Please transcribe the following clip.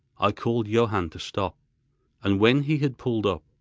i called johann to stop and when he had pulled up,